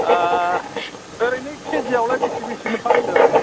ओरैनो केजि आवलाय बेसे बेसेनि फानोथो आरो